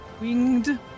winged